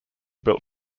built